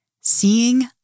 Seeing